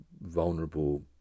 vulnerable